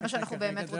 זה מה שאנחנו באמת רוצים.